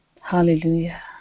Hallelujah